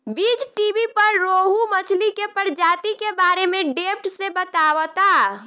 बीज़टीवी पर रोहु मछली के प्रजाति के बारे में डेप्थ से बतावता